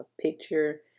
picture